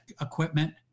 equipment